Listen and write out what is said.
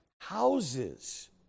houses